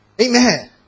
Amen